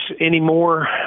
anymore